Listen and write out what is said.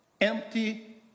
Empty